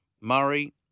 Murray